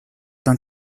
d’un